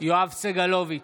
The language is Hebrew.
יואב סגלוביץ'